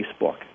Facebook